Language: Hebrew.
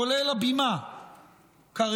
כולל הבימה כרגע,